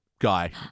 guy